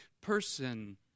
person